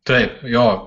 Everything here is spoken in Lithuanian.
taip jo